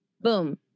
Boom